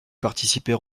participer